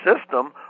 system